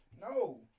no